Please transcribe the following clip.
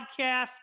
podcast